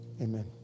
Amen